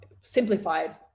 simplified